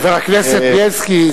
חבר הכנסת בילסקי,